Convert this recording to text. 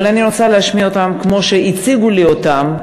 אבל אני רוצה להשמיע אותם כמו שהציגו לי אותם.